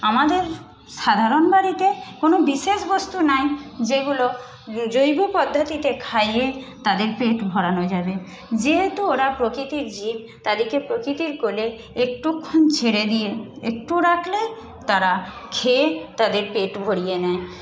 আমাদের সাধারণ বাড়িতে কোনো বিশেষ বস্তু নাই যেগুলো জৈব পদ্ধতিতে খাইয়ে তাদের পেট ভরানো যাবে যেহেতু ওরা প্রকৃতির জীব তাদেরকে প্রকৃতির কোলে একটুক্ষণ ছেড়ে দিয়ে একটু রাখলে তারা খেয়ে তাদের পেট ভরিয়ে নেয়